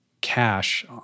cash